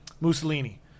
Mussolini